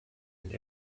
and